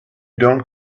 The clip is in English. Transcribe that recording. don’t